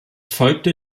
folgte